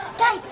guys,